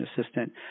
assistant